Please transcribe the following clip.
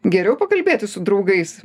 geriau pakalbėti su draugais